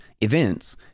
events